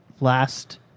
last